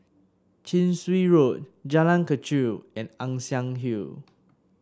Chin Swee Road Jalan Kechil and Ann Siang Hill